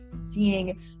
seeing